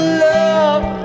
love